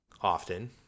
often